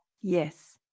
Yes